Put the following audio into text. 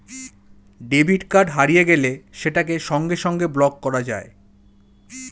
debit card হারিয়ে গেলে সেটাকে সঙ্গে সঙ্গে ব্লক করা যায়